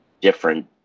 different